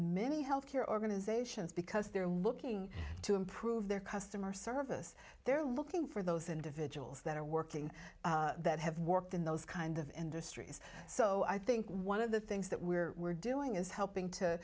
many health care organizations because they're looking to improve their customer service they're looking for those individuals that are working that have worked in those kind of industries so i think one of the things that we're we're doing is helping to